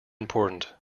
important